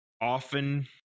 often